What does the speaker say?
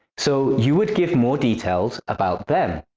so you would give more details about them.